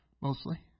mostly